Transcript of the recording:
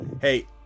Hey